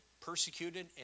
persecuted